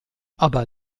aber